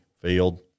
Field